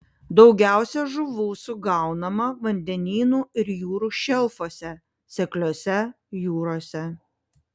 daugiausiai žuvų sugaunama vandenynų ir jūrų šelfuose sekliose jūrose